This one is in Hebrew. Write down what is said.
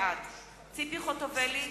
בעד ציפי חוטובלי,